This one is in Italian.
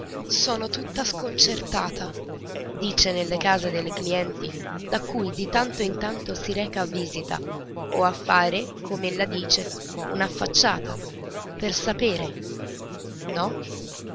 sono tutta sconcertata dice nelle case delle clienti da cui di tanto in tanto si reca a visita o a fare com'ella dice un'affacciata per sapere no